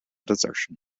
desertion